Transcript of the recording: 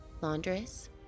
laundress